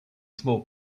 small